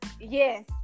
yes